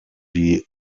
die